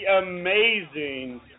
amazing